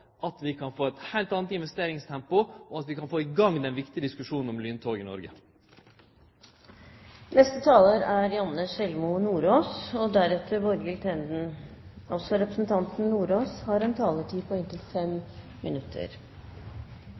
at vi kan få eit heilt anna investeringstempo, og at vi kan få i gang den viktige diskusjonen om lyntog i Noreg. Situasjonen for norsk jernbane er ikke tilfredsstillende. Hovedårsaken er flere tiårs manglende bevilgninger til og egentlig fokus på jernbane. Jeg har